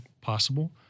possible